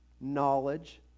knowledge